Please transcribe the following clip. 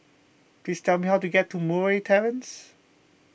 please tell me how to get to Murray Terrace